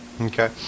Okay